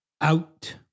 out